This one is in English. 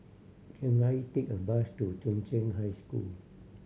can I take a bus to Chung Cheng High School